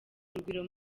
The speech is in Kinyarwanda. urugwiro